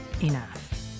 enough